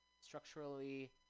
structurally